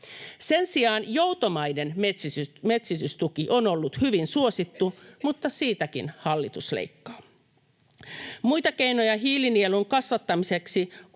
Sen sijaan joutomaiden metsitystuki on ollut hyvin suosittu, mutta siitäkin hallitus leikkaa. Muita keinoja hiilinielun kasvattamiseksi